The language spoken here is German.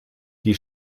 die